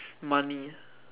money